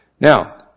Now